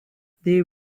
they